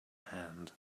hand